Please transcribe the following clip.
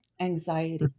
anxiety